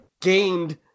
gained